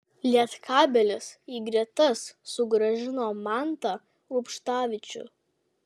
lietkabelis į gretas sugrąžino mantą rubštavičių